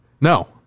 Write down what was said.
No